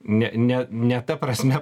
ne ne ne ta prasme